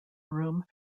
room